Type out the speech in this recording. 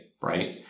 right